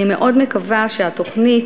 אני מאוד מקווה שהתוכנית,